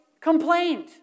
complained